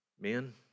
Men